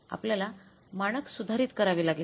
आपल्याला मानक सुधारित करावे लागेल